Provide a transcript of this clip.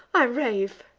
i rave,